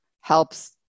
helps